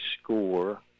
score